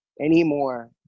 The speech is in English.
anymore